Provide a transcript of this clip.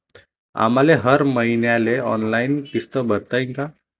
आम्हाले हर मईन्याले ऑनलाईन किस्त भरता येईन का?